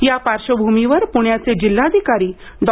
या पार्श्वभूमीवर पुण्याचे जिल्हाधिकारी डॉ